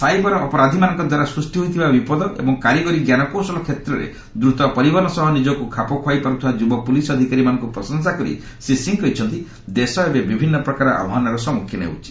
cyber ଅପରାଧୀମାନଙ୍କ ଦ୍ୱାରା ସୃଷ୍ଟି ହୋଇଥିବା ବିପଦ ଏବଂ କାରିଗରୀ ଜ୍ଞାନକୌଶଳ କ୍ଷେତ୍ରରେ ଦ୍ରତ ପରିବର୍ତ୍ତନ ସହ ନିଜକୁ ଖାପଖୁଆଇ ପାରୁଥିବା ଯୁବ ପୁଲିସ୍ ଅଧିକାରୀମାନଙ୍କୁ ପ୍ରଶଂସା କରି ଶ୍ରୀ ସିଂହ କହିଛନ୍ତି ଦେଶ ଏବେ ବିଭିନ୍ନ ପ୍ରକାରର ଆହ୍ୱାନର ସମ୍ମୁଖୀନ ହେଉଛି